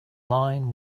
line